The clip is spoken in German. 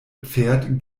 pferd